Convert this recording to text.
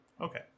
okay